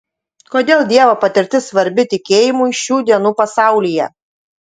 kodėl dievo patirtis svarbi tikėjimui šių dienų pasaulyje